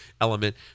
element